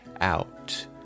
out